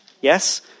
Yes